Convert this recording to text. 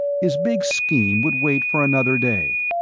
his big scheme would wait for another day.